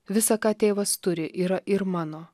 visa ką tėvas turi yra ir mano